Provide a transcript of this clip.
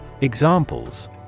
Examples